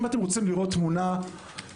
אם אתם רוצים לראות תמונה מלמעלה,